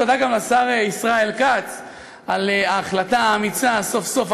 תודה גם לשר ישראל כץ על ההחלטה האמיצה סוף-סוף,